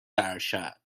ارشد